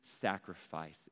sacrifice